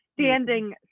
standing